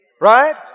Right